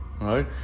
Right